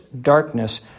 darkness